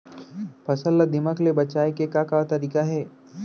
फसल ला दीमक ले बचाये के का का तरीका हे?